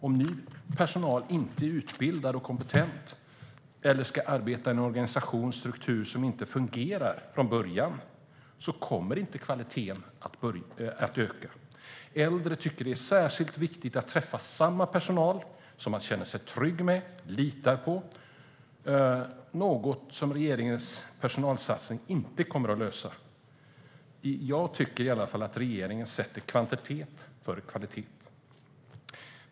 Om ny personal inte är utbildad och kompetent eller ska arbeta i en organisation, en struktur, som inte fungerar från början kommer inte kvaliteten att öka. Äldre tycker att det är särskilt viktigt att träffa samma personal som man känner sig trygg med och litar på - något som regeringens personalsatsning inte kommer att lösa. Jag tycker att regeringen sätter kvantitet före kvalitet.